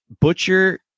Butcher